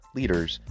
leaders